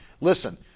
listen